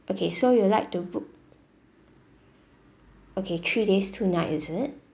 okay so you would like to book okay three days two night is it